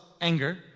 anger